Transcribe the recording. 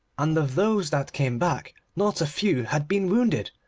and of those that came back not a few had been wounded.